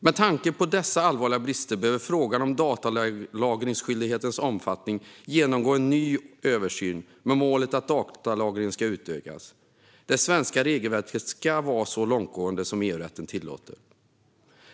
Med tanke på dessa allvarliga brister behöver frågan om datalagringsskyldighetens omfattning genomgå en ny översyn med målet att datalagringen ska utökas. Det svenska regelverket ska vara så långtgående som EU-rätten tillåter.